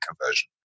conversion